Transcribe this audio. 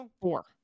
Four